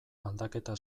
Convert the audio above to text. aldaketa